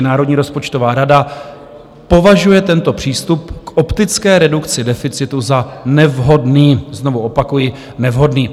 Národní rozpočtová rada považuje tento přístup k optické redukci deficitu za nevhodný, znovu opakuji, nevhodný.